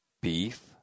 beef